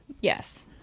Yes